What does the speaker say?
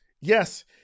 Yes